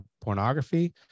pornography